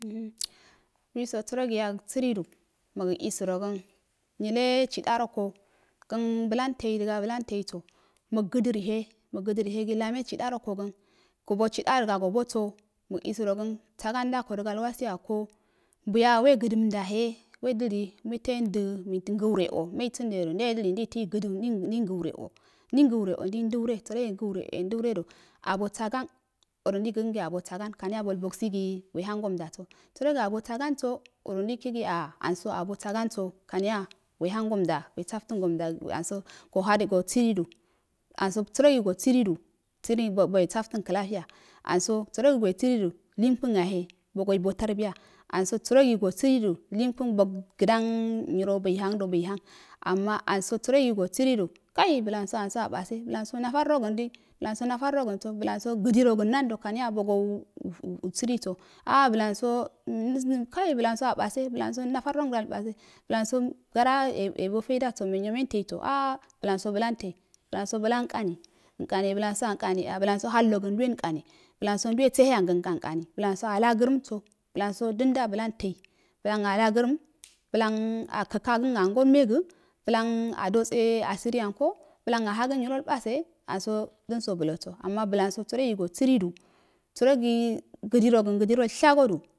Mtcha wiso sarogi yagbiridu mug iisorogan nyile chidanrogan kan blam tei daga blon teibe mukgadarohe mukgado rahegi tarne chidaro kogən sobo chuda daga soboso muk usərogon saboso ndako wodəgal wabiyako biya wegəda ndahe wedili weto wendo mei gədəurewo mei budo yo muwe dili muwe a gəlwre o mainagal wure sorogi abo sagon aro meigokəngi abobangan do bolbogbidi we hangomdojo sarogi abo sagarsidi wehangonidoso sarogi a dowebo abosonganso kamiya wehangomda wesabləngomda anso so siridu sərogi gosiri du wowe sablan klatiya sarosi gosiridu sərogi go sidu. nbo uwe hirikun yahe bogoibo tarbiya amso sərogi sosirichu linkun bokgədom nyiro baihan do mei han ana amso sərogi bi ridu kai blan anso amso abase blan abo nagarogandi blamso balm anso gidirongon nanda kanya bogou u u siriso na blanso unnushinkai blonsa na faaarago nlbase blonso natarogəni base blanso natanrogoni base blamso abase garayebo teidouso menyo mente soo a a bloursi blantel blanso blankami alkani blounso ankari blonso hallogan uduwelhkaru blanso seheyongan e ankari seheyonga e ankari blanso danda blam tei blan alagram blam a kakan angul mega blan adolse asirianko blam ahagən nyrrolbase anso dəso blso arin a blanso sərogi gosiridu sərogi gdirogən shagodu,